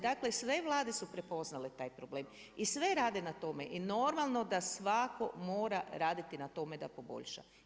Dakle, sve Vlade su prepoznale taj problem i sve rade na tome i normalno da svatko mora raditi na tome da poboljša.